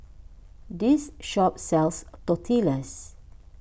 this shop sells Tortillas